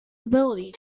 ability